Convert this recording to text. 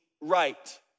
right